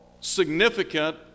significant